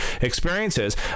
experiences